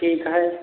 ठीक है